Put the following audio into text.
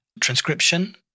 transcription